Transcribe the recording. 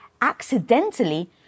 accidentally